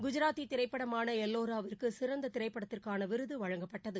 குஜராத்தி திரைப்படமான எல்லாரோவிற்கு சிறந்த திரைப்படத்திற்கான விருது வழங்கப்பட்டது